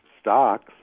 stocks